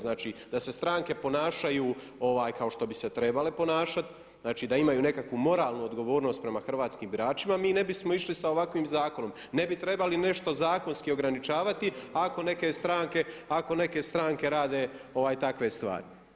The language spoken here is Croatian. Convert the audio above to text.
Znači da se stranke ponašaju kao što bi se trebale ponašat, znači da imaju nekakvu moralnu odgovornost prema hrvatskim biračima mi ne bismo išli sa ovakvim zakonom, ne bi trebali nešto zakonski ograničavati ako neke stranke rade takve stvari.